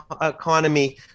economy